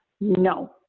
No